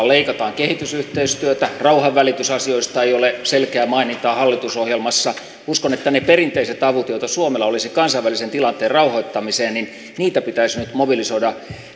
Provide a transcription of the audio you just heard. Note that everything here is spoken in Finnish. leikataan kehitysyhteistyötä rauhanvälitysasioista ei ole selkeää mainintaa hallitusohjelmassa uskon että niitä perinteisiä avuja joita suomella olisi kansainvälisen tilanteen rauhoittamiseen pitäisi nyt mobilisoida